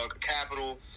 capital